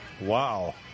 Wow